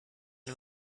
who